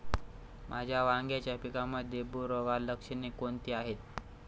माझ्या वांग्याच्या पिकामध्ये बुरोगाल लक्षणे कोणती आहेत?